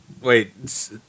Wait